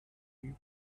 you